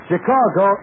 Chicago